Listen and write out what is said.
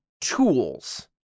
tools